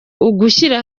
ugushyira